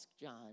John